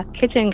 kitchen